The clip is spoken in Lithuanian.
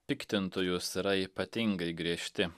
piktintojus yra ypatingai griežti